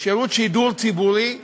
שירות שידור ציבורי עצמאי,